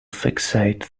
fixate